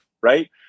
Right